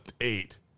eight